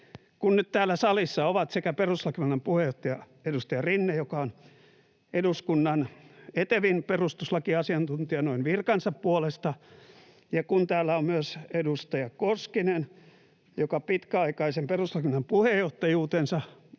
Kun nyt täällä salissa ovat sekä perustuslakivaliokunnan puheenjohtaja, edustaja Rinne, joka on eduskunnan etevin perustuslakiasiantuntija noin virkansa puolesta, ja kun täällä on myös edustaja Koskinen, joka pitkäaikaisen perustuslakivaliokunnan puheenjohtajuutensa